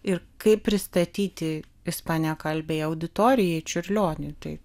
ir kaip pristatyti ispanakalbei auditorijai čiurlionį tai